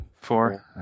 Four